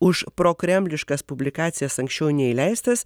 už prokremliškas publikacijas anksčiau neįleistas